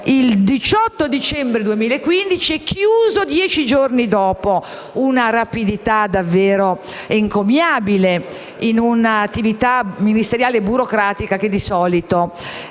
il 18 dicembre 2015 e chiuso dieci giorni dopo: una rapidità davvero encomiabile in un'attività ministeriale e burocratica che di solito